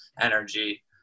energy